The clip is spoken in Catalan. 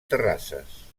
terrasses